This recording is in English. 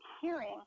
hearing